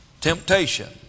temptation